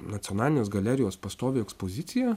nacionalinės galerijos pastovi ekspozicija